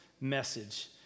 message